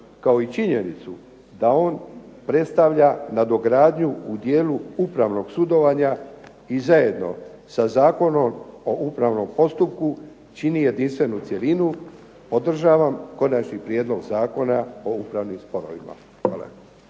kao i činjenicu da on predstavlja nadogradnju u dijelu upravnog sudovanja i zajedno sa Zakonom o upravnom postupku čini jedinstvenu cjelinu podržavam Konačni prijedlog zakona o upravnim sporovima.